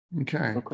Okay